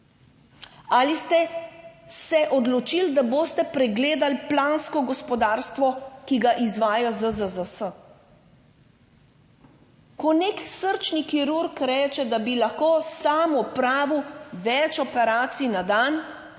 Ali ste se odločili, da boste pregledali plansko gospodarstvo, ki ga izvaja ZZZS? Ko nek srčni kirurg reče, da bi lahko sam opravil več operacij na dan,